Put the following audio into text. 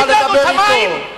תוכל לדבר אתו.